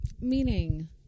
Meaning